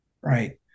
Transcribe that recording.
right